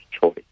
choice